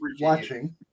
watching